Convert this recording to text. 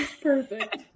Perfect